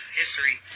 history